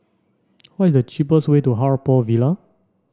what is the cheapest way to Haw Par Villa